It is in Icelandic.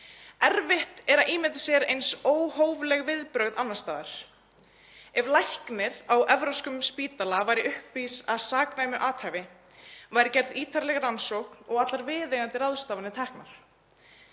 Erfitt er að ímynda sér eins óhófleg viðbrögð annars staðar. Ef læknir á evrópskum spítala yrði uppvís að saknæmu athæfi væri gerð ítarleg rannsókn og allar viðeigandi ráðstafanir gerðar